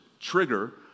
trigger